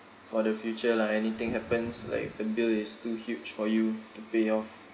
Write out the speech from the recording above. for the future lah anything happens like the bill is too huge for you to pay off